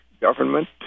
government